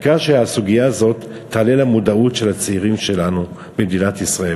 העיקר שהסוגיה הזאת תעלה למודעות של הצעירים שלנו במדינת ישראל,